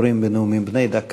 אחרון הדוברים בנאומים בני דקה,